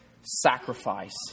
sacrifice